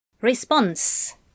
Response